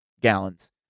gallons